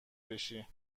بشی